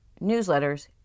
newsletters